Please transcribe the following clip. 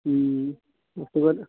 ம் இப்போ